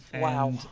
Wow